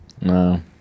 no